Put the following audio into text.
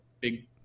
big